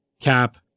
Cap